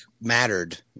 mattered